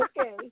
Okay